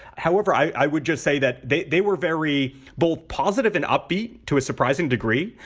however, i would just say that they they were very both positive and upbeat to a surprising degree,